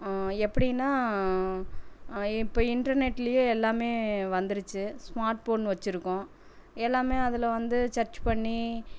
எப்படின்னா இப்போ இன்டர்நெட்லேயே எல்லாமே வந்துருச்சு ஸ்மார்ட் ஃபோன் வச்சிருக்கோம் எல்லாமே அதில் வந்து சர்ச் பண்ணி